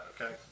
okay